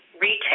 retail